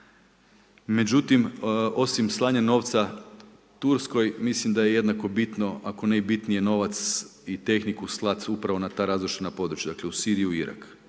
Međutim, osim slanja novca Turskoj, mislim da je jednako bitno, ako ne i bitnije, novac i tehniku slati upravo na ta razrušena područja, dakle, u Siriju i Irak.